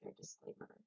disclaimer